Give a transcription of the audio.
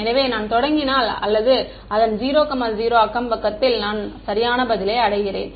எனவே நான் தொடங்கினால் அல்லது அதன் 00 அக்கம்பக்கத்தில் நான் சரியான பதிலை அடைகிறேன்